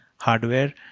hardware